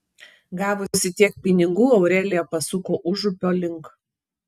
gavusi tiek pinigų aurelija pasuko užupio link